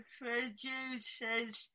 producers